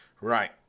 Right